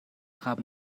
عقب